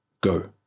Go